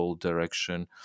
direction